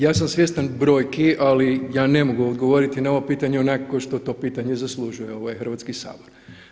Ja sam svjestan brojki ali ja ne mogu odgovoriti na ovo pitanje onako kao što to pitanje zaslužuje, ovo je Hrvatski sabor.